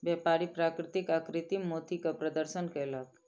व्यापारी प्राकृतिक आ कृतिम मोती के प्रदर्शन कयलक